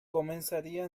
comenzaría